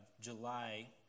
July